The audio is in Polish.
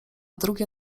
drugie